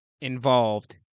involved